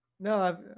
No